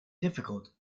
difficult